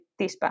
TISPA